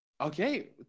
Okay